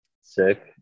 sick